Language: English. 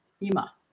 Ima